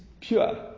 pure